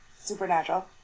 Supernatural